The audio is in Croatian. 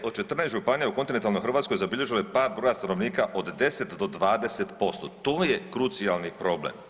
9 od 14 županija u kontinentalnoj Hrvatskoj zabilježilo je pad broja stanovnika do 10 do 20% To je krucijalni problem.